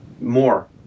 more